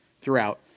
throughout